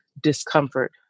discomfort